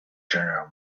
general